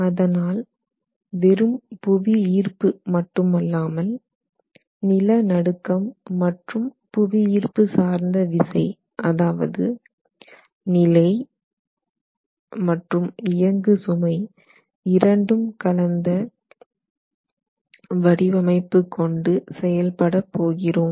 அதனால் வெறும் புவி ஈர்ப்பு மட்டுமல்லாமல் நிலநடுக்கம் மற்றும் புவியீர்ப்பு சார்ந்த விசை அதாவது நிலை மற்றும் இயங்கு சுமை இரண்டும் கலந்த வடிவமைப்பு கொண்டு செயல்பட போகிறோம்